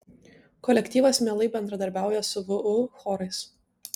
kolektyvas mielai bendradarbiauja su vu chorais